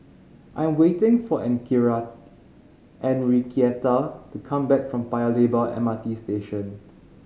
I am waiting for Enriqueta to come back from Paya Lebar M R T Station